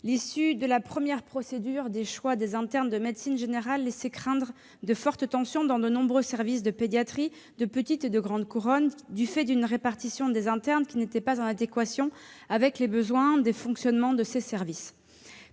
l'issue de la première procédure de choix des internes de médecine générale laissait craindre de fortes tensions dans de nombreux services de pédiatrie de petite et de grande couronne du fait d'une répartition des internes qui n'était pas en adéquation avec les besoins de fonctionnement de ces services.